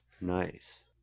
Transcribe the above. Nice